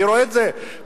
אני רואה את זה בשווקים,